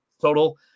total